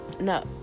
no